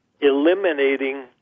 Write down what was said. eliminating